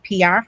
PR